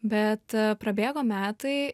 bet prabėgo metai